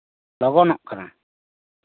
ᱞᱚᱜᱚᱱᱚᱜ ᱠᱟᱱᱟ